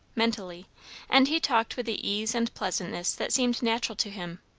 mentally and he talked with the ease and pleasantness that seemed natural to him,